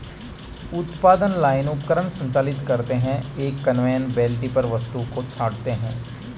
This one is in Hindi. उत्पादन लाइन उपकरण संचालित करते हैं, एक कन्वेयर बेल्ट पर वस्तुओं को छांटते हैं